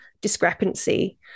discrepancy